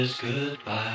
Goodbye